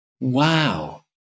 wow